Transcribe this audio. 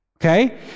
Okay